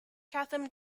chatham